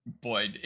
Boy